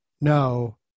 no